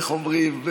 איך אומרים,